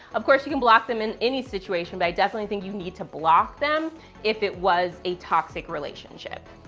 of course, you can block them in any situation, but i definitely think you need to block them if it was a toxic relationship.